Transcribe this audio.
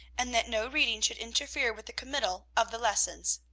and that no reading should interfere with the committal of the lessons.